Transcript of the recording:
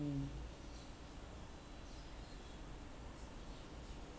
mm